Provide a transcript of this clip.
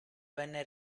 venne